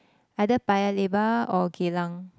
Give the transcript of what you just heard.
either Paya-Lebar or Geylang